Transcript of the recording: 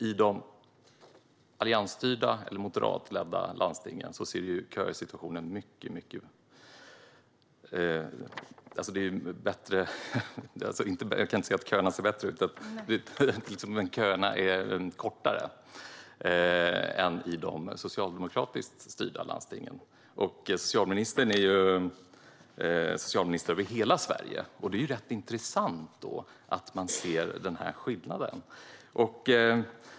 I de alliansstyrda eller moderatledda landstingen är köerna kortare än i de socialdemokratiskt styrda landstingen. Socialministern är socialminister över hela Sverige. Det är då rätt intressant att man ser den skillnaden.